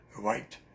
white